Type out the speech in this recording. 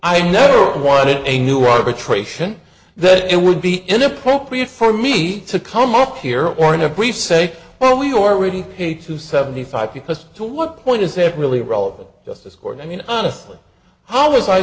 i never wanted a new arbitration that it would be inappropriate for me to come up here or in a brief say well we already paid to seventy five because to look point is it really relevant to us this court i mean honestly how w